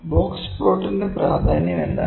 box പ്ലോട്ടിന്റെ പ്രാധാന്യം എന്താണ്